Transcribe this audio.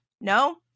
no